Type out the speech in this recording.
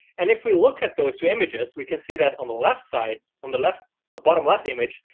and if we look at those two images, we can see that on the left side on the left bottom left image,